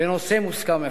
נושא מוסכם אחד.